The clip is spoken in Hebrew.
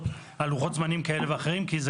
על לוחות זמנים כאלה ואחרות כי זה